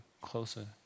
closer